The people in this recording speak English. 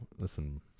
Listen